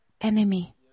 enemy